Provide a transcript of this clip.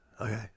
okay